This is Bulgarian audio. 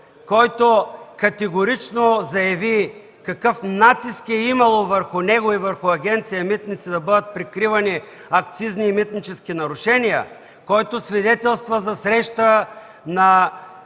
който категорично заяви какъв натиск е имало върху него и върху Агенция „Митници” да бъдат прикривани акцизни и митнически нарушения, който свидетелства за среща на